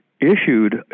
issued